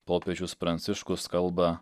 popiežius pranciškus kalba